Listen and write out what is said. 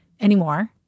anymore